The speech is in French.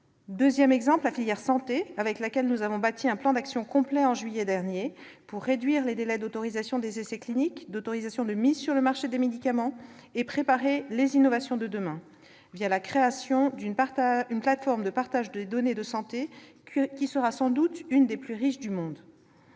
l'exemple de la filière santé, avec laquelle nous avons bâti un plan d'action complet en juillet dernier, pour réduire les délais d'autorisation des essais cliniques et d'autorisation de mise sur le marché des médicaments et pour préparer les innovations de demain, la création d'une plateforme de partage des données de santé qui sera sans doute l'une des plus riches du monde.